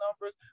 numbers